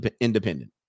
independent